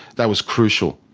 that was crucial.